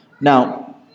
Now